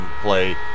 play